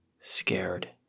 scared